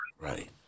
Right